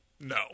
No